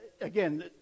again